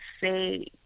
say